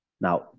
Now